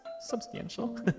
substantial